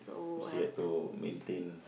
still have to maintain